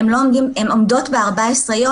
הן עומדות ב-14 יום,